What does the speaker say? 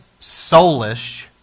soulish